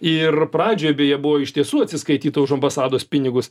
ir pradžioj beje buvo iš tiesų atsiskaityta už ambasados pinigus